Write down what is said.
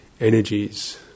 energies